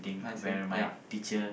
I see ya